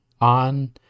on